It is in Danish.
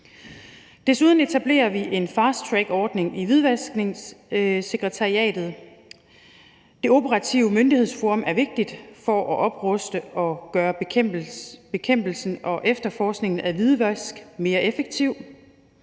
Vi etablerer desuden en fasttrackordning i Hvidvasksekretariatet. Det operative myndighedsforum er vigtigt for at opruste og gøre bekæmpelsen og efterforskningen af hvidvask mere effektiv.